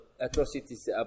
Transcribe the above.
atrocities